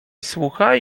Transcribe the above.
słuchaj